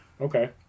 Okay